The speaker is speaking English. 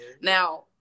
Now